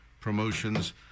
promotions